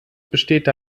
besteht